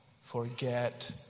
forget